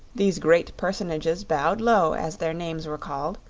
these great personages bowed low as their names were called,